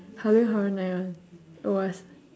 halloween horror night one it was